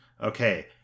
okay